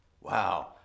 Wow